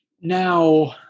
Now